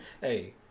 hey